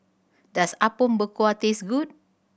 does Apom Berkuah taste good